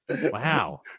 wow